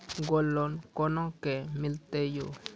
Gold loan कोना के मिलते यो?